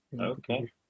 Okay